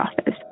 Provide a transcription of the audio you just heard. office